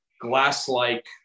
glass-like